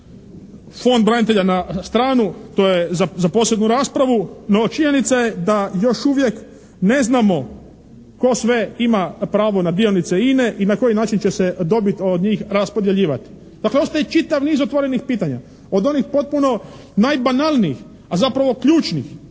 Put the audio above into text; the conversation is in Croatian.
Fond branitelja na stranu, to je za posebnu raspravu. No, činjenica je da još uvijek ne znamo tko sve ima pravo na dionice INA-e i na koji način će se dobit od njih raspodjeljivati. Dakle, ostaje čitav niz otvorenih pitanja, od onih potpuno najbanalnijih a zapravo ključnih